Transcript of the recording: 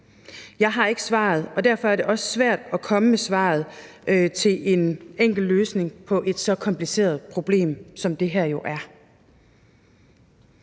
Jeg har ikke svaret, og derfor er det også svært at komme med svaret til en enkel løsning på et så kompliceret problem, som det her jo er.